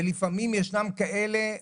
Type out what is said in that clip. ולפעמים ישנתם כאלה,